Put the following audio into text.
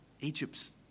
Egypt's